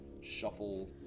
shuffle